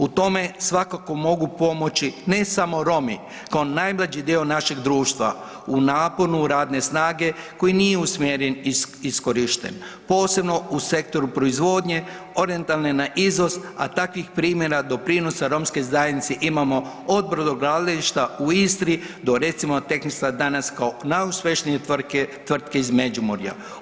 U tome svakako mogu pomoći ne samo Romi kao najmlađi dio našeg društva u naponu radne snage koji nije usmjeren i iskorišten, posebno u sektoru proizvodnje orijentalne na izvoz, a takvih primjera doprinosa romske zajednice imamo od brodogradilišta u Istri do recimo Technicsa danas kao najuspješnije tvrtke iz Međimurja.